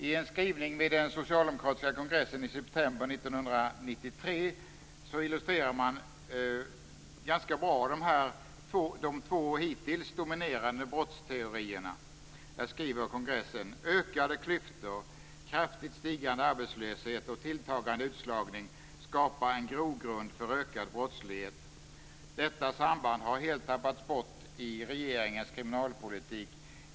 I en skrivning vid den socialdemokratiska kongressen i september 1993 illustreras ganska bra de två hittills dominerande brottsteorierna: "Ökade klyftor, kraftigt stigande arbetslöshet och tilltagande utslagning skapar en grogrund för ökad brottslighet. Detta samband har helt tappats bort i regeringens kriminalpolitik.